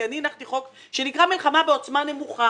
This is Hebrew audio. אני הנחתי חוק שנקרא מלחמה בעוצמה נמוכה